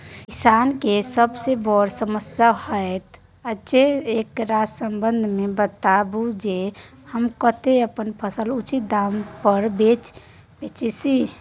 किसान के सबसे बर समस्या होयत अछि, एकरा संबंध मे बताबू जे हम कत्ते अपन फसल उचित दाम पर बेच सी?